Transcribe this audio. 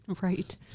Right